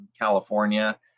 California